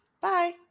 Bye